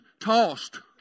tossed